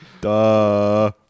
Duh